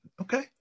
Okay